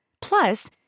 Plus